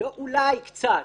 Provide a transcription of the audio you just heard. לא אולי קצת,